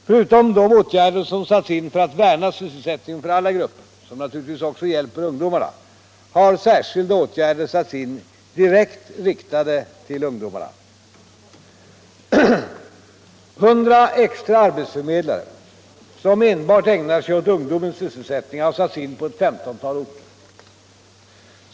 Förutom de åtgärder som satts in för att värna syssel sättningen för alla grupper — de hjälper naturligtvis också ungdomarna — har särskilda åtgärder satts in direkt riktade till ungdomarna. 100 extra arbetsförmedlare, som enbart ägnar sig åt ungdomens sysselsättning, har satts in på ett 15-tal orter.